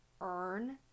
earn